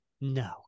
No